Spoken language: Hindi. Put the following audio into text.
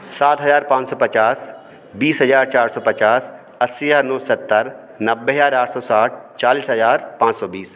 सात हजार पाँच सौ पचास बीस हजार चार सौ पचास अस्सी और नौ सत्तर नब्बे हजार आठ सौ साठ चालीस हजार पाँच सौ बीस